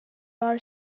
are